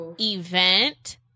event